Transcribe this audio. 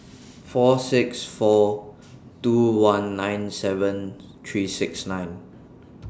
four six four two one nine seven three six nine